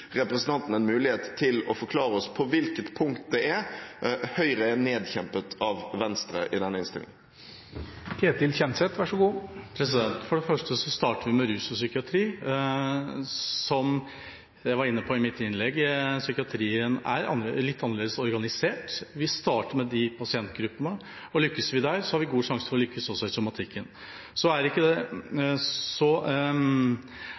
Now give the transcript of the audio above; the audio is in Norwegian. representanten en mulighet til å forklare oss på hvilket punkt det er Høyre er nedkjempet av Venstre i denne innstillingen. For det første starter vi med rus og psykiatri. Som jeg var inne på i mitt innlegg, er psykiatrien litt annerledes organisert. Vi starter med de pasientgruppene, og lykkes vi der, har vi god sjanse til å lykkes også i somatikken. Så er